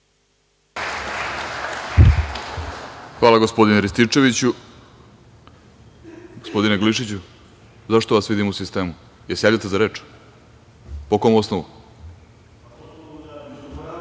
Hvala, gospodine Rističeviću. Gospodine Glišiću, zašto vas vidim u sistemu? Jel se javljate za reč? Po kom osnovu?(Vladan